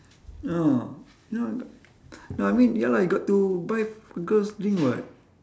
no no no I mean ya lah you got to buy girls drink [what]